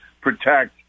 protect